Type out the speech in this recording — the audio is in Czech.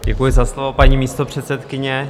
Děkuji za slovo, paní místopředsedkyně.